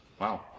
Wow